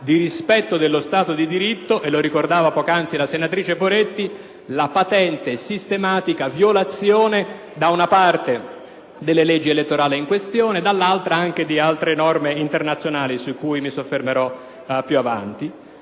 di rispetto dello Stato di diritto (lo ricordava poc'anzi la senatrice Poretti), la patente e sistematica violazione, da una parte, delle leggi elettorali in questione, dall'altra, anche di altre norme internazionali su cui mi soffermerò più avanti,